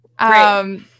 Right